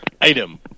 Item